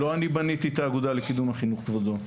לא אני בניתי את האגודה לקידום החינוך כבודו.